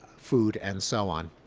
food, and so on.